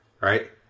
right